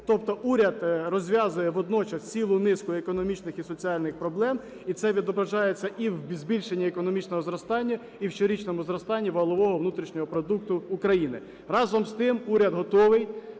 Тобто уряд розв'язує водночас цілу низку економічних і соціальних проблем, і це відображається і в збільшенні економічного зростання, і в щорічному зростанні валового внутрішнього продукту України. Разом з тим, уряд готовий